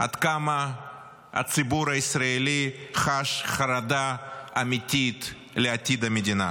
עד כמה הציבור הישראלי חש חרדה אמיתית לעתיד המדינה,